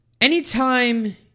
Anytime